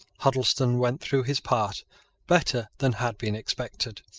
huddleston went through his part better than had been expected.